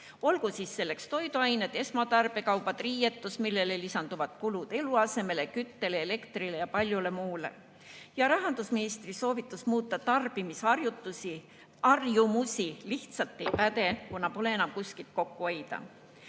olgu selleks toiduained, esmatarbekaubad, riided, millele lisanduvad kulud eluasemele, küttele, elektrile ja paljule muule. Rahandusministri soovitus muuta tarbimisharjumusi lihtsalt ei päde, kuna pole enam kuskilt kokku hoida.